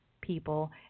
people